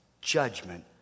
judgment